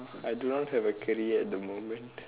I do not have a career at the moment